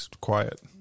quiet